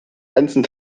ganzen